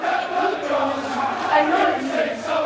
it means you'll never die. i know what it means.